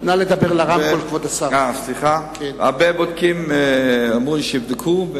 הרבה אמרו לי שיבדקו.